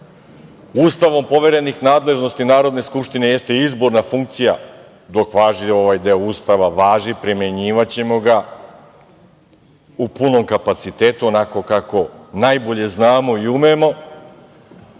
Ustavom poverenih nadležnosti Narodne skupštine i izborna funkcija, dok važi ovaj deo Ustava, važi, primenjivaćemo ga, u punom kapacitetu onako kako najbolje znamo i umemo. Znači,